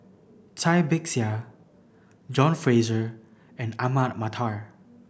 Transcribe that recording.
Cai Bixia John Fraser and Ahmad Mattar